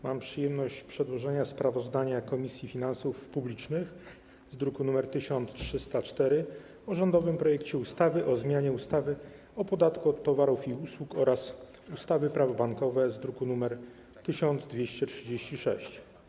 Mam przyjemność przedłożenia sprawozdania Komisji Finansów Publicznych z druku nr 1304 o rządowym projekcie ustawy o zmianie ustawy o podatku od towarów i usług oraz ustawy - Prawo bankowe z druku nr 1236.